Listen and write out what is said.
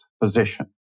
position